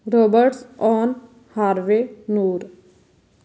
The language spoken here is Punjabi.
ਰੋਬੋਟਸ ਔਨ ਹਾਰਵੇ ਨੂਰ